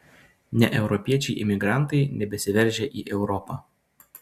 ne europiečiai imigrantai nebesiveržia į europą